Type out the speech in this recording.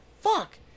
fuck